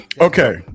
Okay